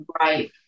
right